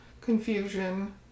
confusion